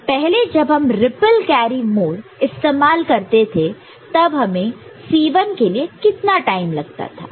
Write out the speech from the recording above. पहले जब हम रिप्पल कैरी मोड इस्तेमाल करते थे तब हमें C1 के लिए कितना टाइम लगता था